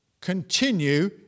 Continue